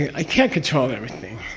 i can't control everything.